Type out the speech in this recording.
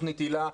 תוכנית היל"ה.